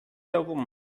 herum